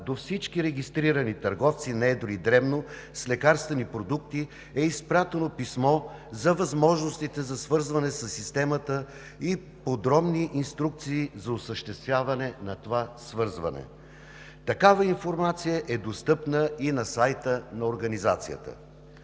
до всички регистрирани търговци на едро и дребно с лекарствени продукти е изпратено писмо за възможностите за свързване със системата и подробни инструкции за осъществяване на това свързване. Такава информация е достъпна и на сайта на организацията.